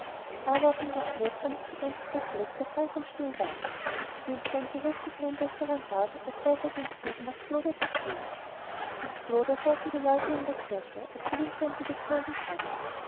aber auch in gagnef war nicht ein einziger fleck der frei von schnee war und die wildgänse wußten keinen besseren rat als weiter gen süden nach flodazufliegen in floda saßen die leute in der kirche als die wildgänse geflogen kamen